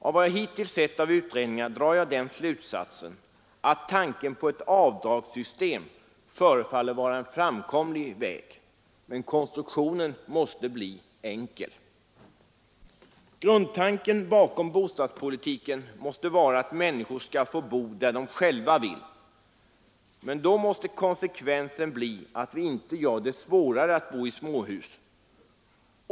Av vad jag hittills sett av utredningarna drar jag den slutsatsen att ett avdragssystem förefaller vara en framkomlig väg, men konstruktionen måste bli enkel. Grundtanken bakom bostadspolitiken måste vara att människor skall få bo där de själva vill. Då måste konsekvensen bli att vi inte gör det svårare att bo i småhus.